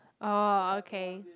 orh okay